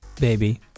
Baby